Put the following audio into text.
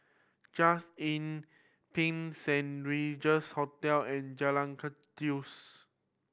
Just Inn Pine Saint Regis Hotel and Jalan Kandis